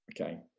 okay